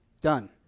done